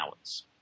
hours